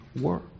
work